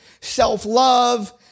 self-love